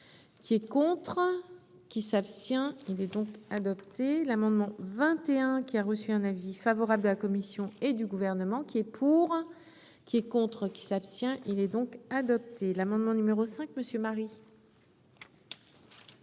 Qui est contre qui s'abstient. Il est donc. Adopté l'amendement 21 qui a reçu un avis favorable de la commission et du gouvernement qui est pour. Qui est contre qui s'abstient. Il est donc adopté l'amendement numéro 5 Monsieur